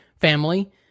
family